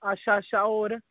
अच्छा अच्छा और